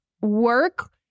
work